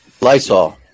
Lysol